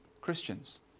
Christians